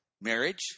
marriage